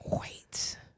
Wait